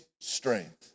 strength